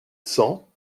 cent